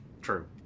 True